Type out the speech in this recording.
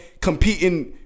competing